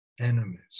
enemies